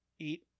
eat